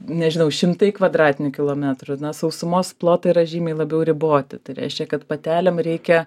nežinau šimtai kvadratinių kilometrų sausumos plotai yra žymiai labiau riboti tai reiškia kad patelėm reikia